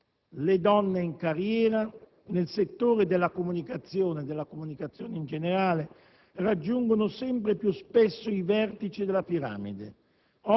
Le donne in carriera, nel settore della comunicazione in generale, raggiungono sempre più spesso i vertici della piramide.